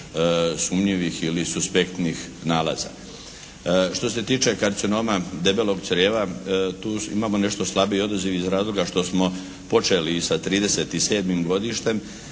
sumnjivih ili suspektnih nalaza. Što se tiče karcinoma debelog crijeva tu imamo nešto slabiji odaziv što smo počeli sa trideset